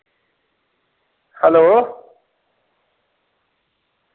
hello